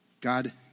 God